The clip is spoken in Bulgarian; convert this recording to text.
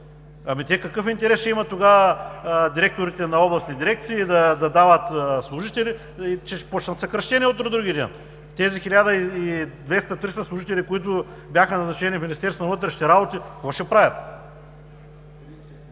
Ами, те какъв интерес ще имат тогава директорите на областни дирекции да дават служители? Ще започнат съкращения от утре, други ден. Тези 1200-1300 служители, които бяха назначени в Министерство на вътрешните